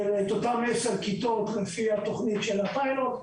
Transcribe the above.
את אותן עשר כיתות לפי התוכנית של הפיילוט.